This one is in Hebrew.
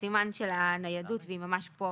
בסימן של הניידות והיא ממש פה